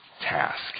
task